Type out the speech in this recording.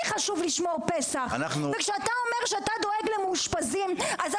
לי חשוב לשמור פסח וכשאתה אומר שאתה דואג למאושפזים אז זה